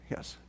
Yes